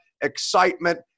excitement